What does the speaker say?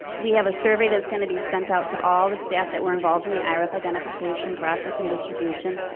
we have a survey that's gonna be sent out to all the staff that were involved in the irip identification, process, and distribution.